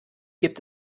gibt